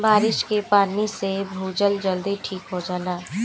बारिस के पानी से भूजल जल्दी ठीक होला